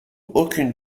aucune